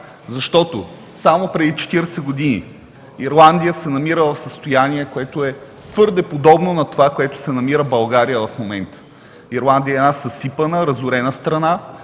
защото само преди 40 години Ирландия се е намирала в състояние, което е твърде подобно на това, в което се намира България в момента. Ирландия е една съсипана, разорена страна,